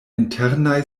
internaj